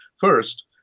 first